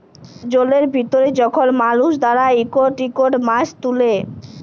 জলের ভিতরে যখল মালুস দাঁড়ায় ইকট ইকট মাছ তুলে